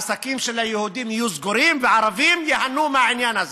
העסקים של היהודים יהיו סגורים וערבים ייהנו מהעניין הזה,